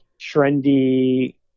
trendy